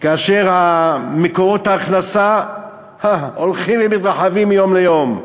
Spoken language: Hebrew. כאשר מקורות ההכנסה הולכים ומתרחבים מיום ליום.